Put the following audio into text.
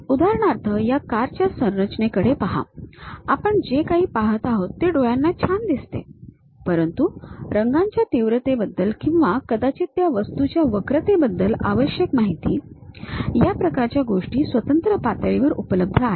उदाहरणार्थ या कार च्या संरचनेकडे पहा आपण जे काही पाहत आहोत ते डोळ्यांना छान दिसते परंतु रंगाच्या तीव्रतेबद्दल किंवा कदाचित त्या वस्तूच्या वक्रतेबद्दल आवश्यक माहिती या प्रकारच्या गोष्टी स्वतंत्र पातळीवर उपलब्ध आहेत